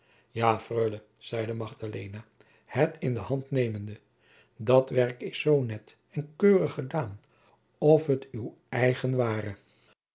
ja freule zeide magdalena het in de hand nemende dat werk is zoo net en keurig gedaan of het uw eigen ware